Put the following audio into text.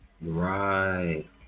Right